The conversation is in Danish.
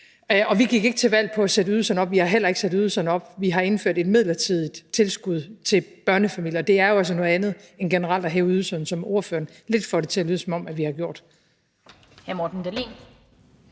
Vi gik ikke til valg på at sætte ydelserne op, og vi har heller ikke sat ydelserne op. Vi har indført et midlertidigt tilskud til børnefamilier, og det er jo altså noget andet end generelt at hæve ydelserne, som ordføreren lidt får det til at lyde som om vi har gjort.